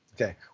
Okay